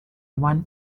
want